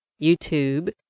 YouTube